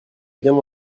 bien